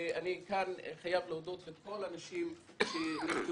אני כאן חייב להודות לכל האנשים שנרתמו,